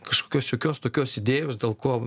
kažkokios jokios tokios idėjos dėl ko